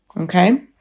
Okay